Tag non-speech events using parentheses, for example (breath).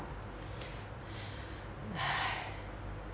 (breath)